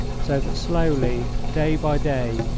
so that slowly, day by day,